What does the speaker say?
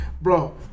Bro